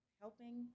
helping